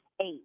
eight